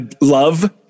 Love